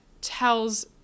tells